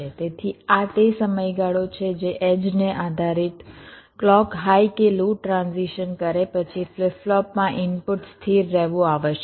તેથી આ તે સમયગાળો છે જે એડ્જને આધારિત ક્લૉક હાઇ કે લો ટ્રાન્ઝિશન કરે પછી ફ્લિપ ફ્લોપમાં ઇનપુટ સ્થિર રહેવું આવશ્યક છે